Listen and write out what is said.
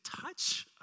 touch